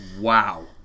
Wow